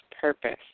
purpose